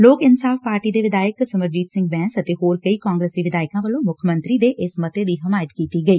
ਲੋਕ ਇਨਸਾਫ਼ ਪਾਰਟੀ ਦੇ ਵਿਧਾਇਕ ਸਿਮਰਜੀਤ ਸਿੰਘ ਬੈਸ ਅਤੇ ਹੋਰ ਕਈ ਕਾਗਰਸੀ ਵਿਧਾਇਕਾਂ ਵੱਲੋ ਮੁੱਖ ਮੰਤਰੀ ਦੇ ਇਸ ਮੱਤੇ ਦੀ ਹਮਾਇਤ ਕੀਤੀ ਗਈ